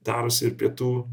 darosi ir pietų